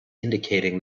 indicating